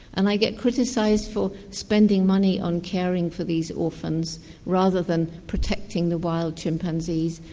and i get criticised for spending money on caring for these orphans rather than protecting the wild chimpanzees,